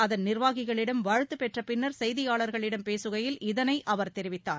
அதன் நிர்வாகிகளிடம் வாழ்த்து பெற்ற பின்னர் செய்தியாளர்களிடம் பேசுகையில இதனை அவர் தெரிவித்தார்